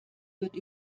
wird